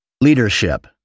Leadership